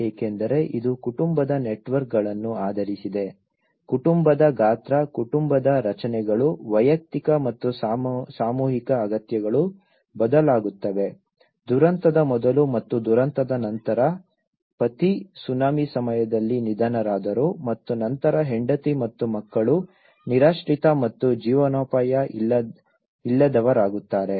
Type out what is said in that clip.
ಏಕೆಂದರೆ ಇದು ಕುಟುಂಬದ ನೆಟ್ವರ್ಕ್ಗಳನ್ನು ಆಧರಿಸಿದೆ ಕುಟುಂಬದ ಗಾತ್ರ ಕುಟುಂಬದ ರಚನೆಗಳು ವೈಯಕ್ತಿಕ ಮತ್ತು ಸಾಮೂಹಿಕ ಅಗತ್ಯಗಳು ಬದಲಾಗುತ್ತವೆ ದುರಂತದ ಮೊದಲು ಮತ್ತು ದುರಂತದ ನಂತರ ಪತಿ ಸುನಾಮಿ ಸಮಯದಲ್ಲಿ ನಿಧನರಾದರು ಮತ್ತು ನಂತರ ಹೆಂಡತಿ ಮತ್ತು ಮಕ್ಕಳು ನಿರಾಶ್ರಿತ ಮತ್ತು ಜೀವನೋಪಾಯ ಇಲ್ಲದವರಾಗುತ್ತಾರೆ